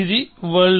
ఇది వరల్డ్